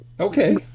Okay